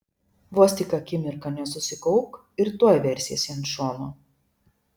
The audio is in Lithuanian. vos tik akimirką nesusikaupk ir tuoj versiesi ant šono